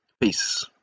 Peace